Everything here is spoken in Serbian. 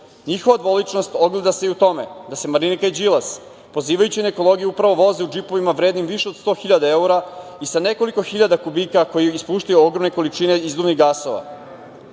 Njihova dvoličnost se ogleda i u tome da se Marinika i Đilas pozivajući se na ekologiju upravo voze u džipovima vrednim više od 100.000 evra i sa nekoliko hiljada kubika, koji ispuštaju ogromne količine izduvnih gasova. Koliko